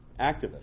activists